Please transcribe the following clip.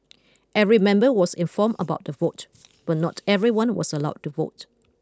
every member was informed about the vote but not everyone was allowed to vote